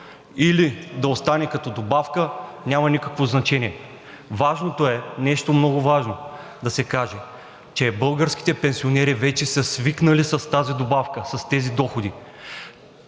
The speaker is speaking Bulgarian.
или да остане като добавка, няма никакво значение. Важното е – нещо много важно да се каже, че българските пенсионери вече са свикнали с тази добавка, с тези доходи.